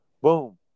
Boom